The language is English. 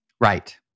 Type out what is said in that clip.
Right